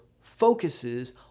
focuses